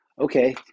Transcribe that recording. okay